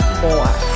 more